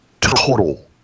total